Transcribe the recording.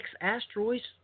asteroids